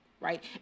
right